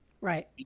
Right